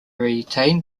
retain